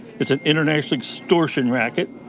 it's an international extortion racket.